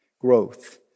growth